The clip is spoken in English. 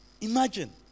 Imagine